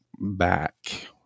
back